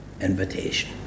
invitation